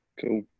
Cool